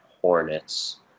Hornets